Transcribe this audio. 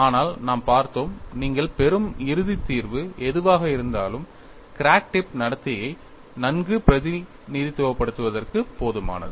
ஆனால் நாம் பார்த்தோம் நீங்கள் பெறும் இறுதி தீர்வு எதுவாக இருந்தாலும் கிராக் டிப் நடத்தையை நன்கு பிரதிநிதித்துவப்படுத்துவதற்கு போதுமானது